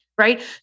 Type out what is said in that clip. Right